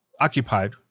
occupied